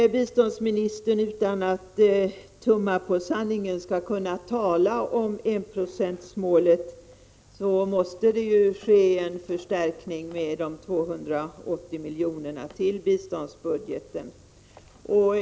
Om biståndsministern utan att tumma på sanningen skall kunna tala om att enprocentsmålet uppnås måste det göras en förstärkning med 280 miljoner av biståndsbudgeten.